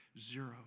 zero